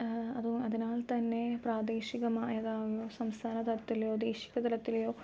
അതിനാൽത്തന്നെ പ്രാദേശികമായതാകയോ സംസ്ഥാന തലത്തിലെയോ ദേശിയ തലത്തിലെയോ